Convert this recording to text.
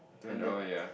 two and a oh ya